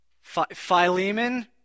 Philemon